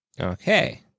Okay